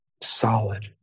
solid